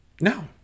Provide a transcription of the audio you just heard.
No